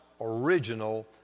original